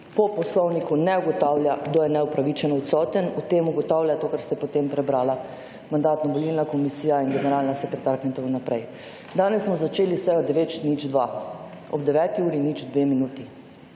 po Poslovniku ne ugotavlja, kdo je neupravičeno odsoten, o tem ugotavlja, to, kar ste potem prebrala, Mandatno-volilna komisija in generalna sekretarka in tako naprej. Danes smo začeli sejo 9 nič 2, ob 9. uri, nič, 2 minuti.